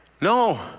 no